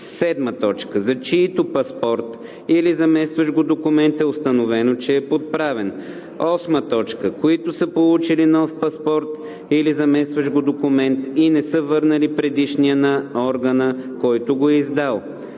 невалиден; 7. за чийто паспорт или заместващ го документ е установено, че е подправен; 8. които са получили нов паспорт или заместващ го документ и не са върнали предишния на органа, който го е издал